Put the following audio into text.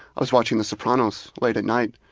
i was watching the sopranos late at night,